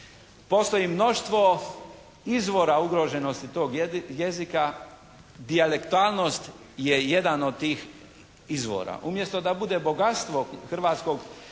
Postoji mnoštvo izvora ugroženosti tog jezika, dijalektalnost je jedan od tih izvora. Umjesto da bude bogatstvo hrvatskog